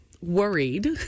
worried